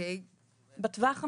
בטווח המיידי,